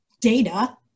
data